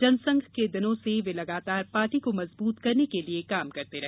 जनसंघ के दिनों से वे लगातार पार्टी को मजबूत करने के लिये काम करते रहे